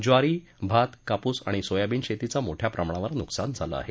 ज्वारी भात कापूस आणि सोयाबीन शेतीचं मोठ्या प्रमाणावर नुकसान झालं आहे